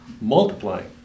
multiplying